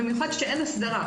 במיוחד כשאין הסדרה,